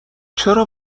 چرا